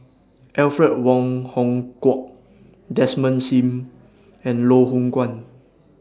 Alfred Wong Hong Kwok Desmond SIM and Loh Hoong Kwan